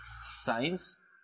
science